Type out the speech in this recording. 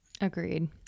Agreed